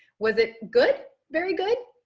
was it good? very good.